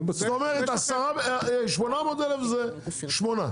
זאת אומרת 800 אלף זה שמונה,